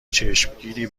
چشمگیری